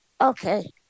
Okay